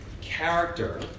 character